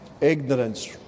ignorance